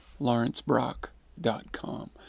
lawrencebrock.com